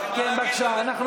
יש לי מה להגיד.